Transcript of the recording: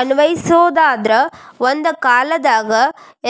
ಅನ್ವಯಿಸೊದಾದ್ರ ಒಂದ ಕಾಲದಾಗ